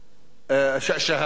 הנבל.